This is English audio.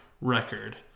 record